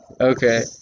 Okay